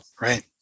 Right